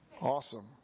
Awesome